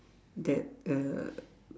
that uh